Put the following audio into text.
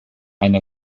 eine